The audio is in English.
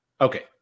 Okay